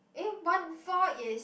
eh one four is